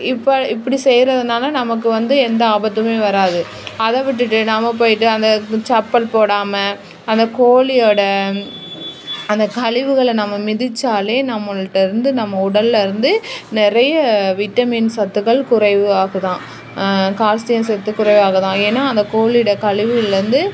இப்போ இப்படி செய்யறதுனால நமக்கு வந்து எந்த ஆபத்துமே வராது அதை விட்டுட்டு நம்ம போயிட்டு அந்த சப்பல் போடாமல் அந்த கோழியோட அந்த கழிவுகள நம்ம மிதித்தாலே நம்மள்கிட்டேருந்து நம்ம உடலில்லேருந்து நிறைய விட்டமின் சத்துகள் குறைவாகுதாம் கால்ஸியம் சத்து குறைவாகுதாம் ஏன்னால் அந்த கோழியோட கழிவுகள்லேருந்து